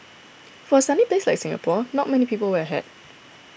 for a sunny place like Singapore not many people wear a hat